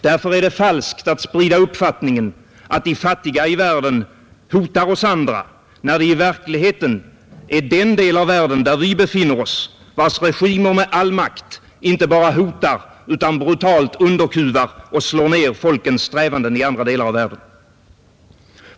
Därför är det falskt att sprida uppfattningen att de fattiga i världen hotar oss andra, när det i verkligheten är den del av världen där vi befinner oss, vars regimer med all makt inte bara hotar utan brutalt underkuvar och slår ner folkens strävanden i andra delar av världen.